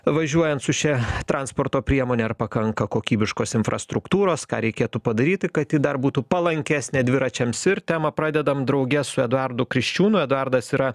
važiuojant su šia transporto priemone ar pakanka kokybiškos infrastruktūros ką reikėtų padaryti kad ji dar būtų palankesnė dviračiams ir temą pradedam drauge su eduardu kriščiūnu eduardas yra